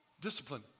Discipline